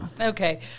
Okay